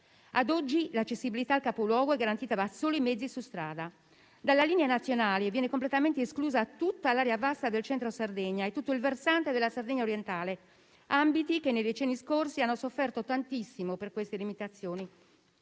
A oggi l'accessibilità al capoluogo è garantita da soli mezzi su strada. Dalla linea nazionale vengono completamente esclusi tutta l'area vasta del centro Sardegna e l'intero versante della Sardegna orientale, ambiti che nei decenni scorsi hanno sofferto tantissimo per queste limitazioni.